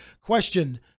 Question